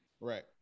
Right